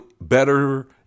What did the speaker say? better